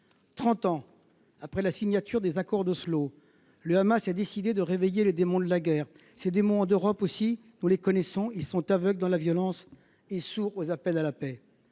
ans après la signature des accords d’Oslo, le Hamas a décidé de réveiller les démons de la guerre, qu’en Europe aussi nous connaissons. Ils sont aveugles dans la violence et sourds aux appels à la paix.